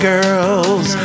Girls